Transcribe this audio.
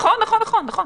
נכון, נכון.